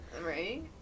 Right